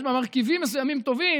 יש בה מרכיבים מסוימים טובים,